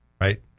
right